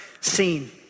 seen